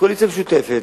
בקואליציה משותפת,